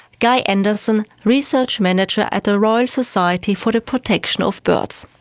guy anderson, research manager at the royal society for the protection of birds.